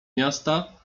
miasta